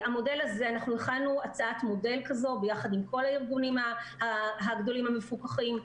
הכנו הצעת מודל כזו ביחד עם כל הארגונים הגדולים המפוקחים,